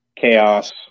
Chaos